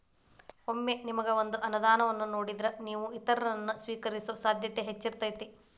ಒಮ್ಮೆ ನಿಮಗ ಒಂದ ಅನುದಾನವನ್ನ ನೇಡಿದ್ರ, ನೇವು ಇತರರನ್ನ, ಸ್ವೇಕರಿಸೊ ಸಾಧ್ಯತೆ ಹೆಚ್ಚಿರ್ತದ